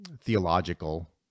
theological